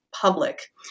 public